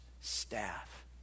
staff